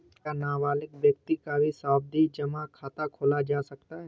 क्या नाबालिग व्यक्ति का भी सावधि जमा खाता खोला जा सकता है?